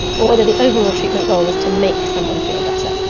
or whether the overall treatment goal was to make someone feel better,